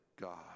God